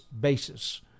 basis